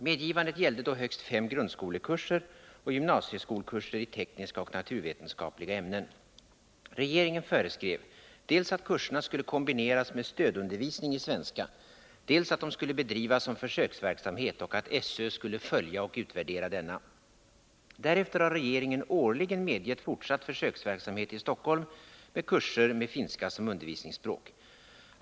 Medgivandet gällde då högst fem grundskolekurser och gymnasieskolkurser i tekniska och naturvetenskapliga ämnen. Regeringen föreskrev dels att kurserna skulle kombineras med stödundervisning i svenska, dels att de skulle bedrivas som försöksverksamhet och att skolöverstyrelsen skulle följa och utvärdera denna. Därefter har regeringen årligen medgett fortsatt försöksverksamhet i Stockholm med kurser med finska som undervisningsspråk.